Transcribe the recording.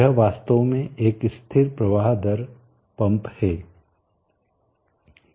यह वास्तव में एक स्थिर प्रवाह दर पंप है